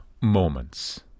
Moments